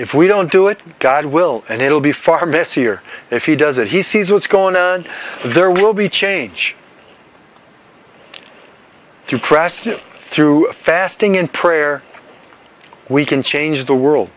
if we don't do it god will and it will be far messier if he does that he sees what's going on there will be change through christ through fasting in prayer we can change the world